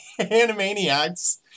animaniacs